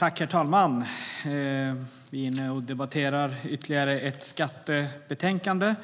Herr talman! Vi debatterar ytterligare ett skattebetänkande.